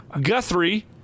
Guthrie